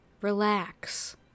relax